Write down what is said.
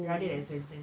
rather than swensen